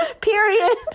period